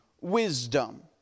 wisdom